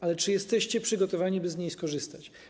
Ale czy jesteście przygotowani, by z niej skorzystać?